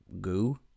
goo